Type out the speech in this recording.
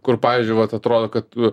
kur pavyzdžiui vat atrodo kad